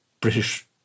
British